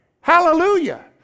Hallelujah